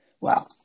Wow